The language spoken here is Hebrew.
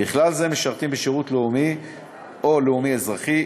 ובכלל זה משרתים בשירות לאומי או לאומי-אזרחי,